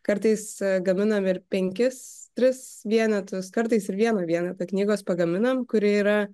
kartais gaminam ir penkis tris vienetus kartais ir vieną vienetą knygos pagaminam kuri yra